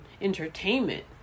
entertainment